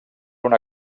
una